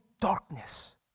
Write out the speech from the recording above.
darkness